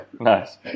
nice